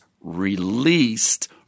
released